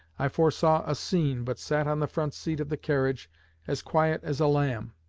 i foresaw a scene, but sat on the front seat of the carriage as quiet as a lamb.